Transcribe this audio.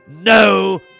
no